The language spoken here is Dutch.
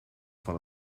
van